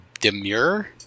demure